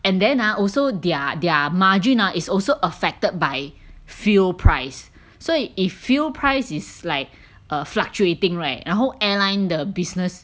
and then ah also their their margin ah is also affected by fuel price 所以 if fuel price is like err fluctuating right 然后 airline 的 business